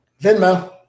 Venmo